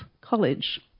College